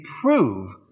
prove